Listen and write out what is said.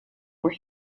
where